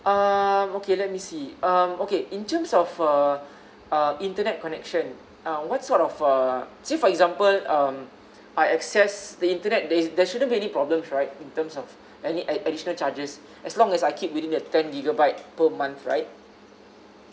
um okay let me see um okay in terms of uh uh internet connection uh what sort of uh say for example um I access the internet there there shouldn't really problems right in terms of any additional charges as long as I keep within that ten gigabyte per month right